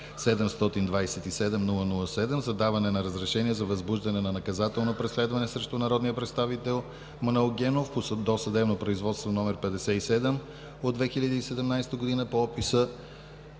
727-00-7 за даване на разрешение за възбуждане на наказателно преследване срещу народния представител Манол Генов по досъдебно производство № 57 от 2017 г. по описа